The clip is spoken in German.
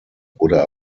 wurde